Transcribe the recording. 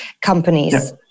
companies